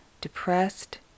depressed